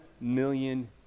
million